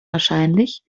wahrscheinlich